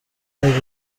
ندیده